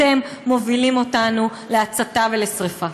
אתם מובילים אותנו להצתה ולשרפה.